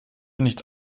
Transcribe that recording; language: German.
nicht